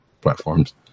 platforms